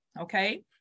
okay